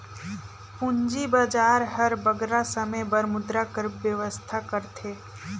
पूंजी बजार हर बगरा समे बर मुद्रा कर बेवस्था करथे